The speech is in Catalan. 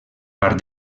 part